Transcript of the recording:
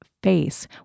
face